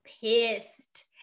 pissed